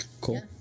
Cool